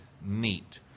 neat